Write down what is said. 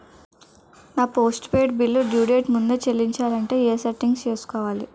నా postpaid bill due date ముందే చెల్లించాలంటే ఎ సెట్టింగ్స్ పెట్టుకోవాలి?